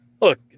Look